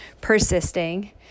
persisting